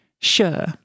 sure